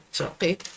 okay